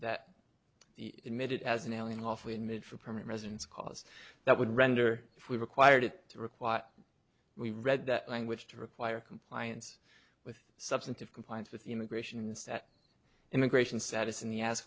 that emitted as an alien lawfully admitted for permanent residence cause that would render if we required it to require we read that language to require compliance with substantive compliance with the immigration stat immigration status in the ass